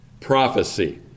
prophecy